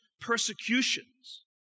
persecutions